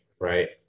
right